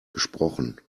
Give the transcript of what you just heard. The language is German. gesprochen